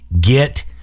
get